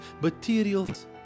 materials